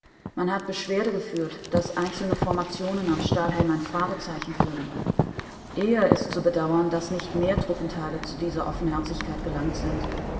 man hat beschwerde geführt daß einzelne formationen am stahlhelm ein fragezeichen führen eher ist zu bedauern daß nicht mehr truppenteile zu dieser offenherzigkeit gelangt sind